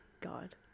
God